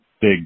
big